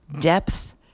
depth